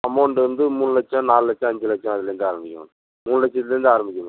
amount வந்து மூணு லட்சம் நாலு லட்சம் அஞ்சு லட்சம் அதுலேயிருந்தே ஆரமிக்கும் மேம் மூணு லட்சத்திலேருந்தே ஆரமிக்கிது மேம்